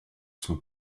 sont